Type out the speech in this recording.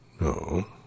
No